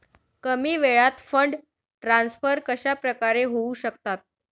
कमी वेळात fund transfer कशाप्रकारे होऊ शकतात?